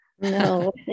no